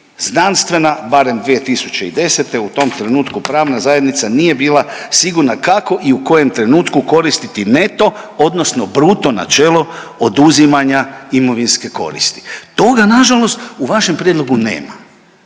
znanstvena barem 2010. u tom trenutku pravna zajednica nije bila sigurna kako i u kojem trenutku koristiti neto odnosno bruto načelo oduzimanja imovinske koristi. Toga nažalost u vašem prijedlogu nema,